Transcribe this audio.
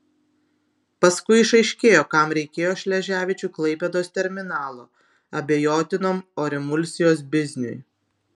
paskui išaiškėjo kam reikėjo šleževičiui klaipėdos terminalo abejotinam orimulsijos bizniui